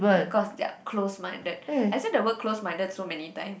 because they are close minded I say the word close minded so many time